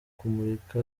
kumurika